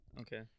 Okay